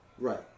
Right